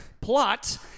Plot